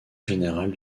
générale